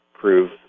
prove